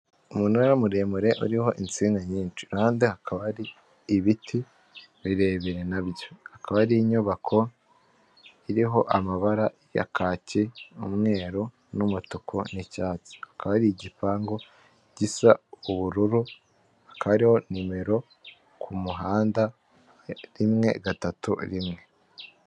Umunara muremure uriho insinga nyinshi, iruhande hakaba ari ibiti birebire nabyo, hakaba hari inyubako iriho amabara ya kaki, umweru, n'umutuku n'icyatsi, hakaba hari igipangu gisa ubururu hakaba hariho nimero ku muhanda rimwe gatatu rimwe.